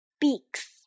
beaks